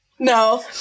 No